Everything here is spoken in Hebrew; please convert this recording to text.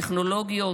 טכנולוגיות,